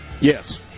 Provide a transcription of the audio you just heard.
yes